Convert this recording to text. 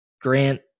Grant